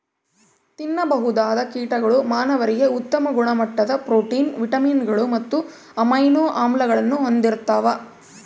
ತಿನ್ನಬಹುದಾದ ಕೀಟಗಳು ಮಾನವರಿಗೆ ಉತ್ತಮ ಗುಣಮಟ್ಟದ ಪ್ರೋಟೀನ್, ವಿಟಮಿನ್ಗಳು ಮತ್ತು ಅಮೈನೋ ಆಮ್ಲಗಳನ್ನು ಹೊಂದಿರ್ತವ